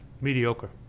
Mediocre